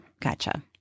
Gotcha